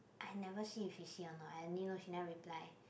I never see if he's young lah I only know she never reply